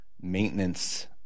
maintenance